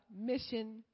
Mission